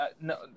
No